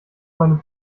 meinem